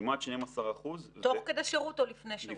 כמעט 12%. תוך כדי שירות או לפני שירות?